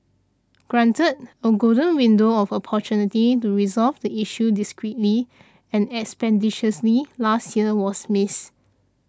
granted a golden window of opportunity to resolve the issue discreetly and expeditiously last year was missed